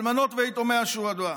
ויתומי השוהדא.